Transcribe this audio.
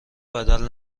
بدل